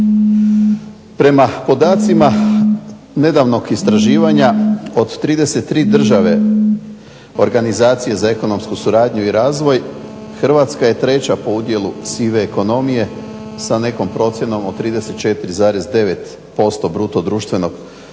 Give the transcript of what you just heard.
Prema podacima nedavnog istraživanja od 33 države Organizacije za ekonomsku suradnju i razvoj Hrvatska je treća po udjelu sive ekonomije sa nekom procjenom od 34,9% BDP-a, a iza